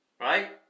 right